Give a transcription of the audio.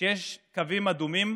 שיש קווים אדומים